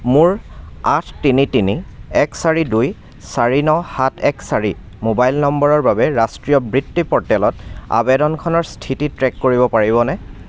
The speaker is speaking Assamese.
মোৰ আঠ তিনি তিনি এক চাৰি দুই চাৰি ন সাত এক চাৰি মোবাইল নম্বৰৰ বাবে ৰাষ্ট্ৰীয় বৃত্তি প'ৰ্টেলত আবেদনখনৰ স্থিতি ট্ৰে'ক কৰিব পাৰিবনে